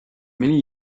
many